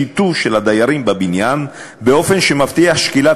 שיתוף של הדיירים בבניין באופן שמבטיח שקילת